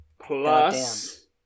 Plus